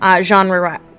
genre